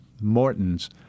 Morton's